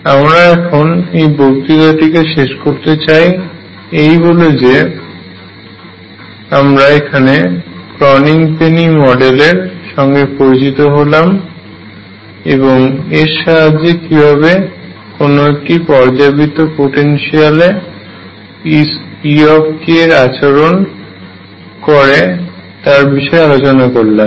আমরা এখন এই বক্তৃতাটিকে শেষ করতে চাই এই বলে যে আমরা এখানে ক্রনিগ পেনি মডেল এর সঙ্গে পরিচত হলাম এবং এর সাহায্যে কীভাবে কোন একটি পর্যাবৃত্ত পোটেনশিয়ালে E আচরণ করবে তার বিষয়ে আলোচনা করলাম